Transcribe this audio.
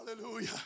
Hallelujah